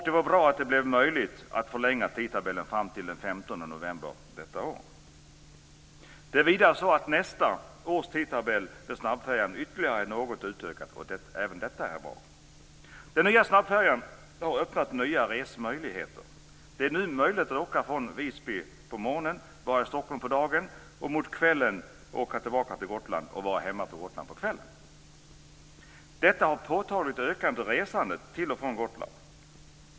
Det var bra att det blev möjligt att förlänga tidtabellen fram till den Det är vidare så att nästa års tidtabell med snabbfärjan är ytterligare något utökad, och även detta är bra. Den nya snabbfärjan har öppnat nya resmöjligheter. Det är nu möjligt att åka från Visby på morgonen, vara i Stockholm på dagen, och mot kvällen åka tillbaka och vara hemma på Gotland på kvällen. Detta har påtagligt ökat resandet till och från Gotland.